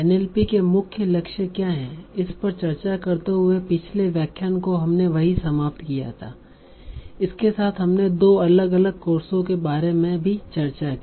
NLP के मुख्य लक्ष्य क्या हैं इस पर चर्चा करते हुए पिछले व्याख्यान को हमने वही समाप्त किया था इसके साथ हमने दो अलग अलग कोर्सों के बारे में भी चर्चा की